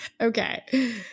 Okay